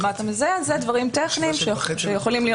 אלה דברים טכניים שיכולים להיות